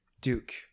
Duke